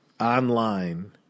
Online